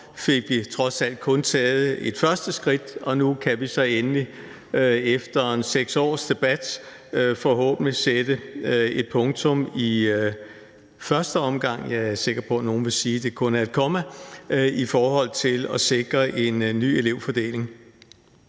fik vi trods alt kun taget et første skridt. Og nu kan vi så endelig efter omkring 6 års debat forhåbentlig sætte et punktum i første omgang, selv om jeg er sikker på, nogle vil sige, at det kun er et komma, i forhold til at sikre en ny elevfordeling.